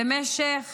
במשך